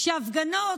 שהפגנה,